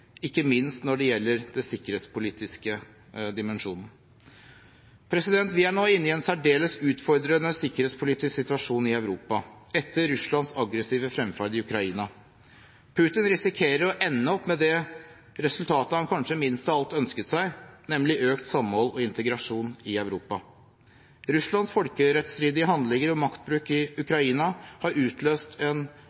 ikke minst når det gjelder den sikkerhetspolitiske dimensjonen. Vi er nå inne i en særdeles utfordrende sikkerhetspolitisk situasjon i Europa etter Russlands aggressive fremferd i Ukraina. Putin risikerer å ende opp med det resultatet han kanskje minst av alt ønsket seg, nemlig økt samhold og integrasjon i Europa. Russlands folkerettsstridige handlinger og maktbruk i Ukraina har utløst en